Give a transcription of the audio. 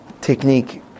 technique